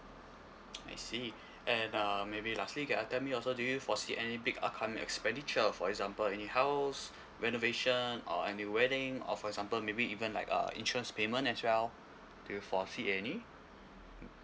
I see and uh maybe lastly can tell me also do you foresee any big upcoming expenditure for example any house renovation or any wedding or for example maybe even like a insurance payment as well do you foresee any mm